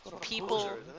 People